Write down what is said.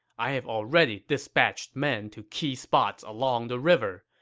i have already dispatched men to key spots along the river.